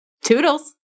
Toodles